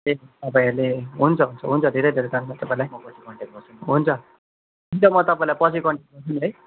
ए तपाईँहरूले हुन्छ हुन्छ हुन्छ हुन्छ धेरै धेरै धन्यवाद तपाईँलाई हुन्छ हुन्छ म तपाईँलाई पछि कन्ट्याक्ट गर्छु नि है